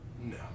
No